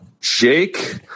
jake